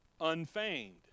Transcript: unfeigned